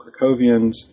Krakowians